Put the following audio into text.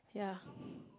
ya